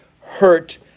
hurt